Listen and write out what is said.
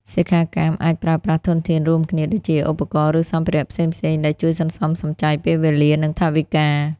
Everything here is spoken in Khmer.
សិក្ខាកាមអាចប្រើប្រាស់ធនធានរួមគ្នាដូចជា ឧបករណ៍ ឬសម្ភារៈផ្សេងៗ ដែលជួយសន្សំសំចៃពេលវេលា និងថវិកា។